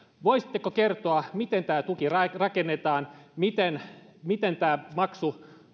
voisitteko kertoa miten tämä tuki rakennetaan miten miten tämä maksu